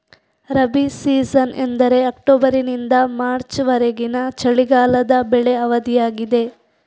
rabi season ಎಂದರೆ ಅಕ್ಟೋಬರಿನಿಂದ March ವರೆಗಿನ ಚಳಿಗಾಲದ ಬೆಳೆ ಅವಧಿಯಾಗಿದೆ